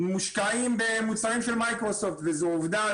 מושקעים במוצרים של מייקרוסופט וזו עובדה,